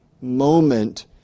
moment